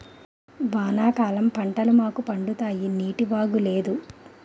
వానాకాలం పంటలు మాకు పండుతాయి నీటివాగు లేదు